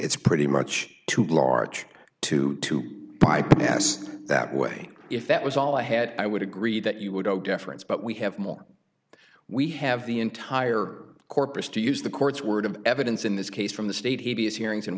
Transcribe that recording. it's pretty much too large to to bypass that way if that was all i had i would agree that you would owe deference but we have more we have the entire corpus to use the courts word of evidence in this case from the state he is hearings and